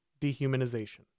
dehumanization